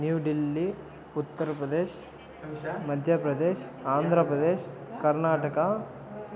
new Delhi Uttar Pradesh Madhya Pradesh Andhra Pradesh Karnataka